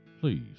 Please